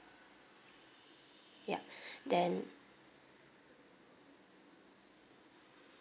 ya then